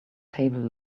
table